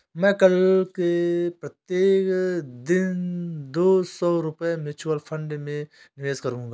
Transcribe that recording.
मैं कल से प्रत्येक दिन दो सौ रुपए म्यूचुअल फ़ंड में निवेश करूंगा